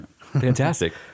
Fantastic